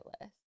list